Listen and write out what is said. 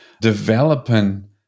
developing